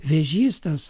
vėžys tas